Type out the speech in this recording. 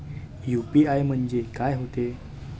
UPI म्हणजे का होते?